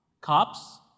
cops